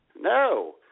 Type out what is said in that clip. No